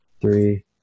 three